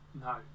No